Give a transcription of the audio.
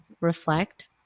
reflect